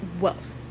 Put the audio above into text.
wealth